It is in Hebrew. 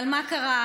אבל מה קרה?